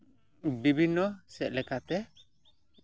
ᱵᱤᱵᱷᱤᱱᱱᱚ ᱥᱮᱫ ᱞᱮᱠᱟᱛᱮ